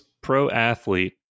pro-athlete